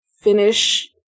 finish